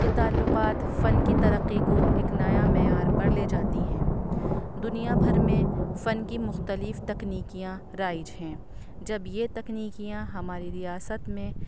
یہ تعلقات فن کی ترقی کو اک نیا معیار پر لے جاتی ہیں دنیا بھر میں فن کی مختلف تکنیکیاں رائج ہیں جب یہ تکنیکیاں ہماری ریاست میں